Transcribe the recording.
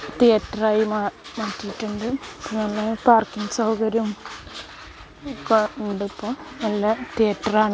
theatre ആയി മാ മാറ്റിയിട്ടുണ്ട് പിന്നെ പാർക്കിംഗ് സൗകര്യം കൊഴ ഉണ്ട് ഇപ്പോൾ നല്ല തീയേറ്റർ ആണ്